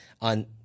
on